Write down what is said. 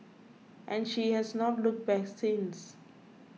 and she has not looked back since